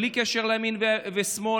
בלי קשר לימין שמאל,